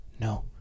No